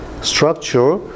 structure